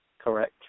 Correct